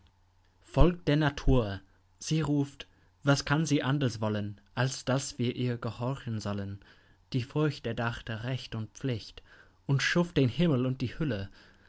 folgt der natur sie ruft was kann sie anders wollen als daß wir ihr gehorchen sollen die furcht erdachte recht und pflicht und schuf den himmel und die hölle